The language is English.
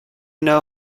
know